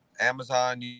Amazon